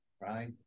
right